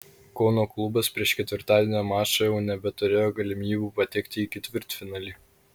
kauno klubas prieš ketvirtadienio mačą jau nebeturėjo galimybių patekti į ketvirtfinalį